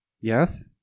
Yes